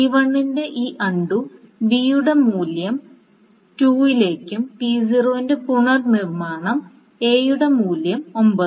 T1 ന്റെ ഈ അൺണ്ടു B യുടെ മൂല്യം 2 ലേക്കും T0 ന്റെ പുനർനിർമ്മാണം A യുടെ മൂല്യം 9